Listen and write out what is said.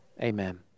amen